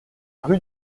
rue